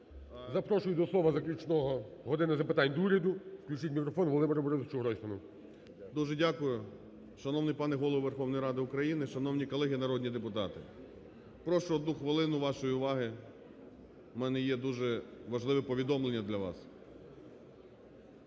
запрошую до слова заключного "години запитань до Уряду". Включіть мікрофон Володимиру Борисовичу Гройсману. 11:01:21 ГРОЙСМАН В.Б. Дуже дякую. Шановний пане Голово Верховної Ради України! Шановні колеги народні депутати! Прошу одну хвилину вашої уваги, у мене є дуже важливе повідомлення для вас.